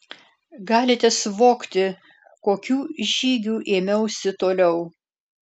galite suvokti kokių žygių ėmiausi toliau